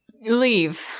Leave